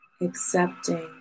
accepting